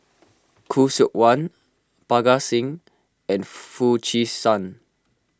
Khoo Seok Wan Parga Singh and Foo Chee San